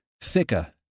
thicker